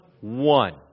one